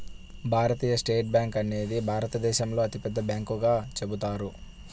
భారతీయ state bank అనేది భారతదేశంలోనే అతిపెద్ద బ్యాంకుగా చెబుతారు